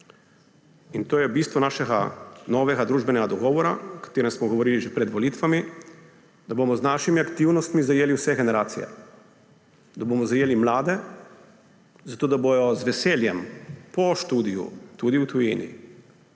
in to je bistvo našega novega družbenega dogovora, o katerem smo govorili že pred volitvami – da bomo s svojimi aktivnostmi zajeli vse generacije. Da bomo zajeli mlade, zato da si bodo z veseljem po študiju, tudi v tujini,